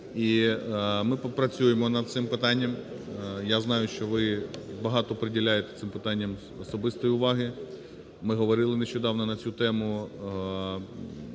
ми попрацюємо над цим питанням. Я знаю, що ви багато приділяєте цим питанням особистої увагу. Ми говорили нещодавно на цю тему.